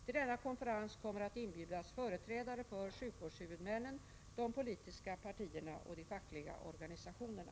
Till denna konferens kommer att inbjudas företrädare för sjukvårdshuvudmännen, de politiska partierna och de fackliga organisationerna.